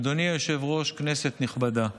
אדוני היושב-ראש, כנסת נכבדה,